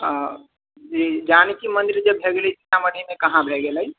जी जानकी मन्दिर जे भै गेलै सीतामढ़ीमे कहाँ भै गेलै